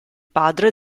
padre